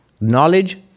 knowledge